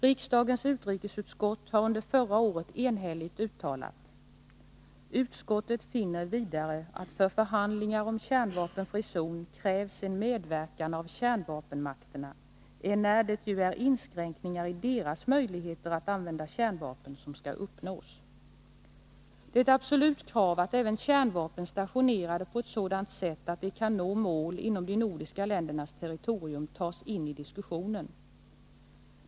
Riksdagens utrikesutskott har under förra året enhälligt uttalat: ”Utskottet finner vidare att för förhandlingar om en kärnvapenfri zon krävs medverkan av kärnvapenmakterna, enär det ju är inskränkningar i deras möjligheter att använda kärnvapen som skall uppnås.” Det är ett absolut krav att även kärnvapen stationerade på ett sådant sätt att de kan nå mål inom de nordiska ländernas territorium tas in i diskussionen.